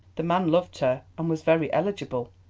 the man loved her and was very eligible.